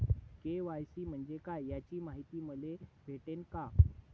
KYC म्हंजे काय याची मायती मले भेटन का?